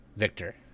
victor